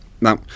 Now